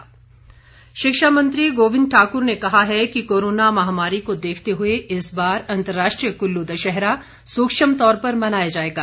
गोविंद ठाक्र शिक्षा मंत्री गोविंद ठाकुर ने कहा है कि कोरोना महामारी को देखते हुए इस बार अंतर्राष्ट्रीय कुल्लू दशहरा सूक्ष्म तौर पर मनाया जाएगा